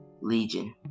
Legion